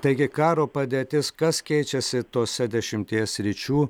taigi karo padėtis kas keičiasi tose dešimtyje sričių